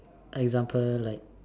example like